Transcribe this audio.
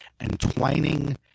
entwining